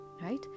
right